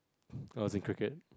I was in cricket